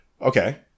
Okay